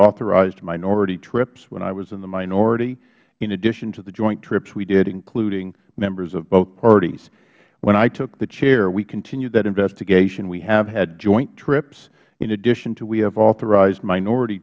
authorized minority trips when i was in the minority in addition to the joint trips we did including members of both parties when i took the chair we continued that investigation we have had joint trips in addition to we have authorized minority